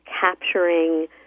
capturing